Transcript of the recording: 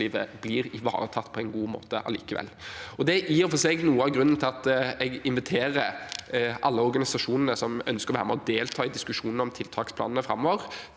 blir ivaretatt på en god måte likevel. Det er i og for seg noe av grunnen til at jeg inviterer alle organisasjonene som ønsker å være med og delta i diskusjonen om tiltaksplanene framover,